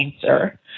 cancer